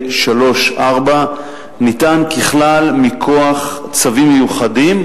שלוש ארבע ניתן ככלל מכוח צווים מיוחדים